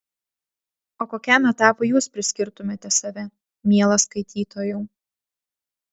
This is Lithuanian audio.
o kokiam etapui jūs priskirtumėte save mielas skaitytojau